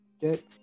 Get